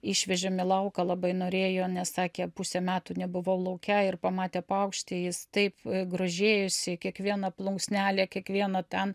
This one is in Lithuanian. išvežėm į lauką labai norėjo nes sakė pusę metų nebuvau lauke ir pamatė paukštį jis taip grožėjosi kiekviena plunksnele kiekviena ten